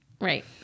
Right